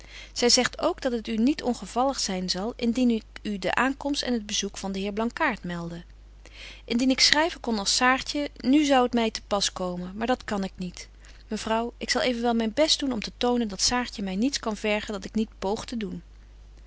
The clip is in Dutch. zy zegt ook dat het u niet ongevallig zyn zal indien ik u de aankomst en het bezoek van den heer blankaart melde indien ik schryven kon als saartje nu zou het my te pas komen maar dat kan ik niet mevrouw ik zal evenwel myn best doen om te tonen dat saartje my niets kan vergen dat ik niet poog te doen